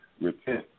Repent